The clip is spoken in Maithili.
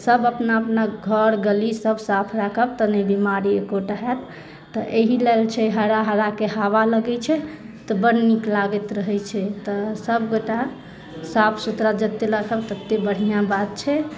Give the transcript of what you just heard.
सभ अपना अपना घर गली सभ साफ राखब तऽ नहि बीमारी एकोटा होयत तऽ एहि लेल छै हरा हरा के हावा लागै छै तऽ बड़ नीक लागैत रहै छै तऽ सभगोटा साफ सुथरा जते राखब तते बढ़िऑं बात छै